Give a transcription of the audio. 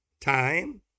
time